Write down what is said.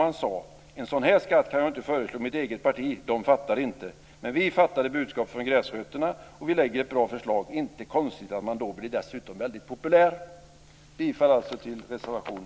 Han sade: En sådan här skatt kan jag inte föreslå i mitt eget parti. De fattar inte. Men vi fattade detta budskap från gräsrötterna, och vi lägger ett bra förslag. Inte konstigt att man då dessutom blir väldigt populär. Jag yrkar alltså bifall till reservation